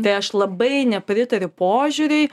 tai aš labai nepritariu požiūriui